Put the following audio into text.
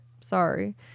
Sorry